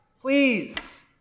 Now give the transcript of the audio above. please